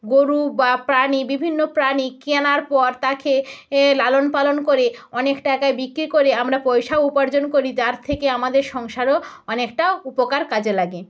গরু বা প্রাণী বিভিন্ন প্রাণী কেনার পর তাকে এ লালন পালন করে অনেক টাকায় বিক্রি করে আমরা পয়সা উপার্জন করি যার থেকে আমাদের সংসারও অনেকটা উপকার কাজে লাগে